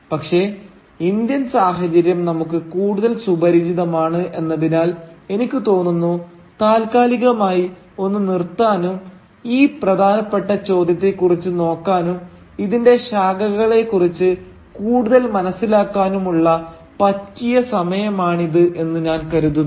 പക്ഷേ ഇന്ത്യൻ സാഹചര്യം നമുക്ക് കൂടുതൽ സുപരിചിതമാണ് എന്നതിനാൽ എനിക്ക് തോന്നുന്നു താൽക്കാലികമായി ഒന്ന് നിർത്താനും ഈ പ്രധാനപ്പെട്ട ചോദ്യത്തെ കുറിച്ച് നോക്കാനും ഇതിന്റെ ശാഖകളെ കുറിച്ച് കൂടുതൽ മനസ്സിലാക്കാനുമുള്ള പറ്റിയ സമയമാണിത് എന്ന് ഞാൻ കരുതുന്നു